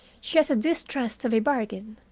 she has a distrust of a bargain.